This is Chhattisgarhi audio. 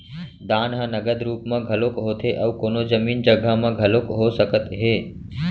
दान ह नगद रुप म घलोक होथे अउ कोनो जमीन जघा म घलोक हो सकत हे